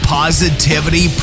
positivity